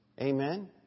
Amen